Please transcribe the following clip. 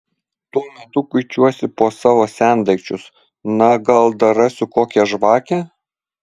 tuo metu kuičiuosi po savo sendaikčius na gal dar rasiu kokią žvakę